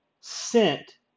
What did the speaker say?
sent